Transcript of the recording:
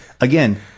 again